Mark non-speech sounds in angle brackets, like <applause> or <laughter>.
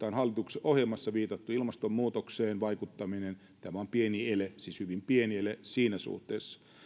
<unintelligible> on hallituksen ohjelmassa viitattu ilmastonmuutokseen vaikuttaminen tämä on pieni ele siis hyvin pieni ele siinä suhteessa